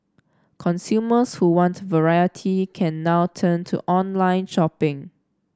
consumers who want variety can now turn to online shopping